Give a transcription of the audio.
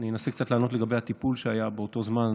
אני אנסה קצת לענות לגבי הטיפול שהיה באותו זמן,